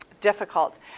difficult